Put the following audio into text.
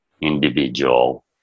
individual